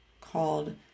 called